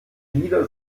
lieder